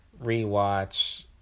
rewatch